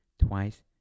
twice